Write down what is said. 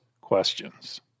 questions